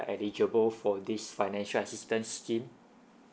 eligible for this financial assistance scheme